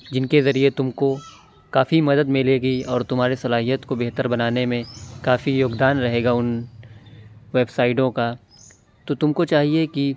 جن کے ذریعے تم کو کافی مدد ملے گی اور تمہاری صلاحیت کو بہتر بنانے میں کافی یوگدان رہے گا اُن ویب سائٹوں کا تو تم کو چاہیے کہ